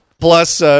Plus